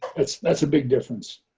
that's that's a big difference.